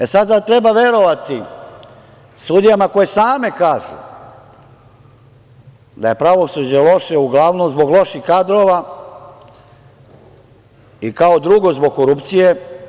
E, sada, treba verovati sudijama koje same kažu da je pravosuđe loše uglavnom zbog loših kadrova i kao drugo, zbog korupcije.